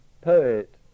poet